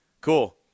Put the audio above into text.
cool